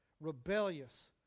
rebellious